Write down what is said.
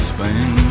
Spain